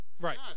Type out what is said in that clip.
Right